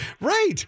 right